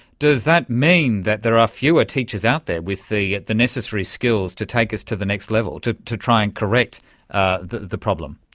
does that mean that there are fewer teachers out there with the the necessary skills to take us to the next level, to to try and correct ah the the problem?